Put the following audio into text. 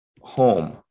home